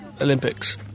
Olympics